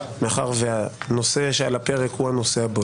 מאחר שהנושא שעל הפרק הוא הנושא הבוער,